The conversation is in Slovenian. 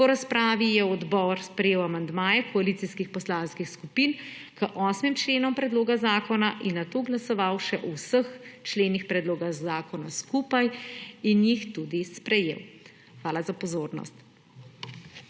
Po razpravi je odbor sprejel amandmaje koalicijskih poslanskih skupin k osmim členom predloga zakona in nato glasoval še o vseh členih predloga zakona skupaj in jih tudi sprejel. Hvala za pozornost.